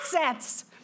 assets